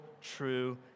true